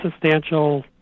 substantial